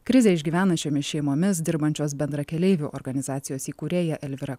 krizę išgyvenančiomis šeimomis dirbančios bendrakeleivių organizacijos įkūrėja elvyra